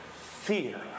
fear